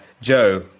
Joe